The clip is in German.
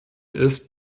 ist